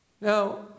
Now